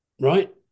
right